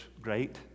great